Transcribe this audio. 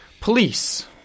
Police